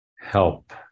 help